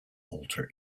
alter